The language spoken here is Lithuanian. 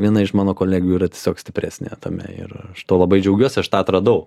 viena iš mano kolegių yra tiesiog stipresnė tame ir aš tuo labai džiaugiuosi aš tą atradau